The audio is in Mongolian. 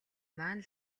маань